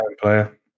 player